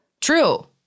True